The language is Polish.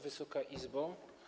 Wysoka Izbo!